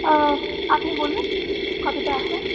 ও আপনি বলুন আছে